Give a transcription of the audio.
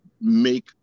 make